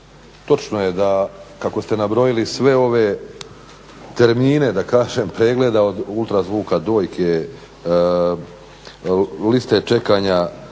Točno je da, kako ste nabrojili sve ove termine da kažem pregleda od ultrazvuka dojke, liste čekanja